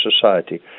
society